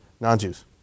non-Jews